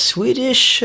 Swedish